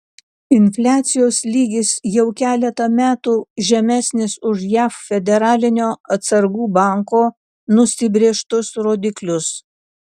infliacijos lygis jau keletą metų žemesnis už jav federalinio atsargų banko nusibrėžtus rodiklius